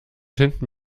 hinten